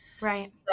Right